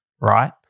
right